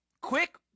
quick